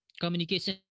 communication